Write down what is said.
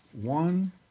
one